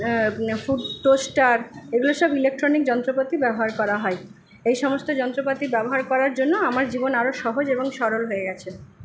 food toaster এগুলো সব electronic যন্ত্রপাতি ব্যবহার করা হয় এই সমস্ত যন্ত্রপাতি ব্যবহার করার জন্য আমার জীবন আরও সহজ এবং সরল হয়ে গেছে